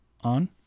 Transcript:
on